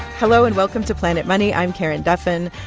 hello, and welcome to planet money. i'm karen duffin.